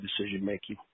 decision-making